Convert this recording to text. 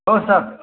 औ सार